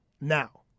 now